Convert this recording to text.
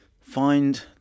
find